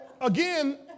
again